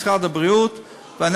משרד הבריאות,